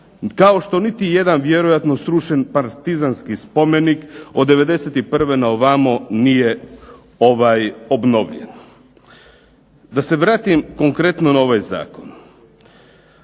kao što niti jedan vjerojatno srušen partizanski spomenik od '91. na ovamo nije obnovljen. Da se vratim konkretno na ovaj zakon.